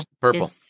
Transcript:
purple